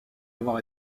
avoir